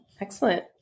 Excellent